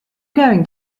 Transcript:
going